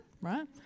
right